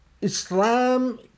Islam